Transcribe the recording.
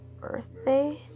birthday